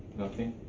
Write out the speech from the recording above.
nothing.